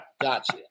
Gotcha